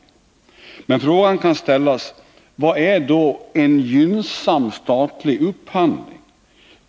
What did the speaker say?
Men frågan kan ställas: Vad är då en ”gynnsam statlig upphandling”?